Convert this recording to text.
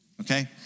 okay